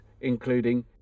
including